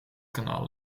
kanaal